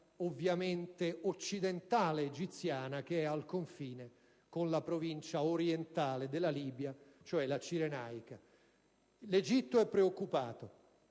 provincia occidentale egiziana è al confine con la provincia orientale della Libia, cioè la Cirenaica. L'Egitto è preoccupato,